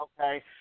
okay